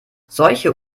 solche